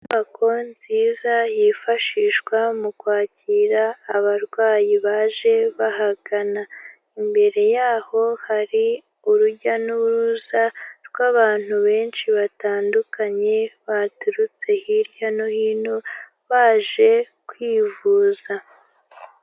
Inyubako nziza yifashishwa mu kwakira abarwayi baje bahagana, imbere yaho hari urujya n'uruza rw'abantu benshi batandukanye baturutse hirya no hino baje kwivuza.